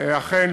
אכן,